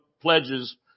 Pledges